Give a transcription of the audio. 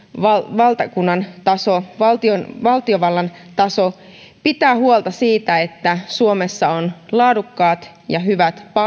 valtakunnan taso valtiovallan taso pitävät huolta siitä että suomessa on laadukkaat ja hyvät